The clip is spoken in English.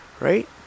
Right